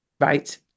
right